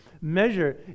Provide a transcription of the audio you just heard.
Measure